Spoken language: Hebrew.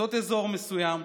לעשות אזור מסוים.